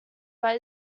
but